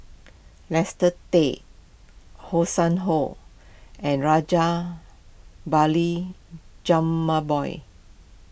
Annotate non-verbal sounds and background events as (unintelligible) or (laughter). (unintelligible) Tay Hanson Ho and Rajabali Jumabhoy